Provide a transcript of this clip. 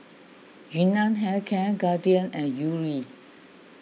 Yun Nam Hair Care Guardian and Yuri